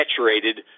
saturated